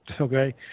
okay